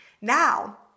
now